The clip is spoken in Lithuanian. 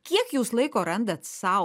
kiek jūs laiko randat sau